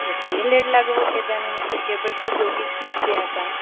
କେତେ ଲେଟ୍ ଲାଗିବ କେଜାଣି ମୁଁ ତ କେବେଠୁ ଜଗିଛି ଏଠି ଏକା